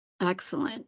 Excellent